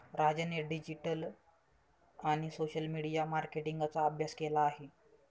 राजाने डिजिटल आणि social media मार्केटिंगचा अभ्यास केला आहे